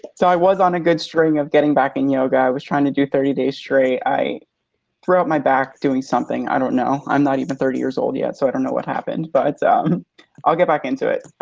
so i was on a good string of getting back in yoga. i was trying to do thirty days straight. i threw out my back doing something, i don't know. i'm not even thirty years old yet so i don't know what happened. but um i'll get back into it.